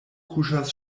kuŝas